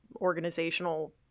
organizational